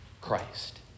Christ